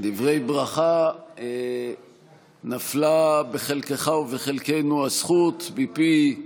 דברי ברכה נפלה בחלקך ובחלקנו הזכות, מפי,